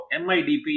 MIDP